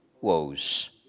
woes